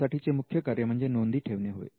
यासाठीचे मुख्य कार्य म्हणजे नोंदी ठेवणे होय